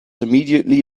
immediately